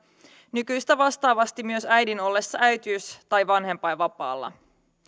nykyistä vastaavasti myös äidin ollessa äitiys tai vanhempainvapaalla